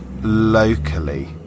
locally